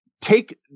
take